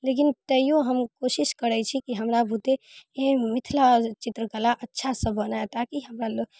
लेकिन तैयो हम कोशिश करै छी की हमरा बूते मिथिला चित्रकला अच्छासँ बने ताकि हमरा लोग